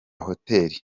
hoteli